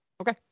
Okay